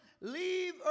leave